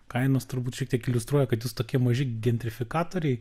kainos turbūt šiek tiek iliustruoja kad jūs tokie maži gentrifikatoriai